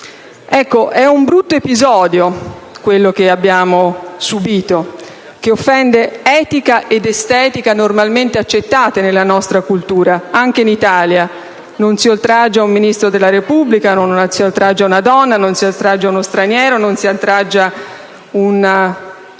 È un brutto episodio quello che abbiamo subito, che offende un'etica ed un'estetica normalmente accettate nella nostra cultura, anche in Italia: non si oltraggia un Ministro della Repubblica, non si oltraggiano una donna o uno straniero e nemmeno un